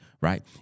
right